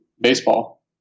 baseball